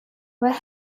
what